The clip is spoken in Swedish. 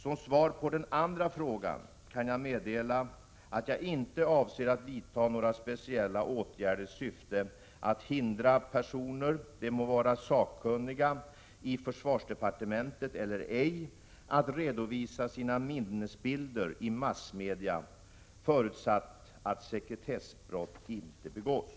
Som svar på den andra frågan kan jag meddela att jag inte avser att vidta några speciella åtgärder i syfte att hindra personer — de må vara sakkunniga i försvarsdepartementet eller ej — att redovisa sina minnesbilder i massmedier förutsatt att sekretessbrott inte begås.